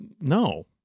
No